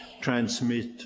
transmit